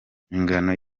ingano